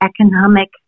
economic